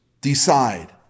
decide